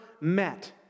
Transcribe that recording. met